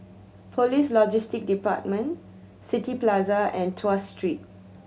Police Logistics Department City Plaza and Tuas Street